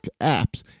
apps